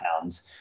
pounds